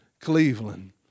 Cleveland